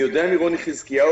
אני יודע מרוני חזקיהו,